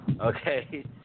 Okay